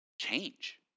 change